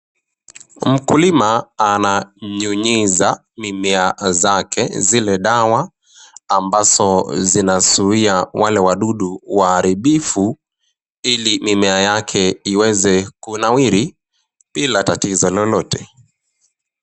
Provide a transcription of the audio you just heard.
Mkulima ananyunyiza mimea zake zile dawa amabazo zinazuiya wale wadudu waaribivu ili mimea zake ziweze kunawiri bila tatizo lolote